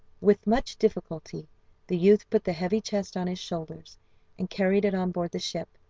with much difficulty the youth put the heavy chest on his shoulders and carried it on board the ship,